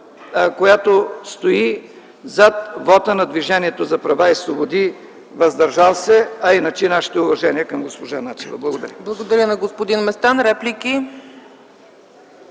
която стои зад вота на Движението за права и свободи „въздържал се”, а иначе – нашите уважения към госпожа Начева. Благодаря.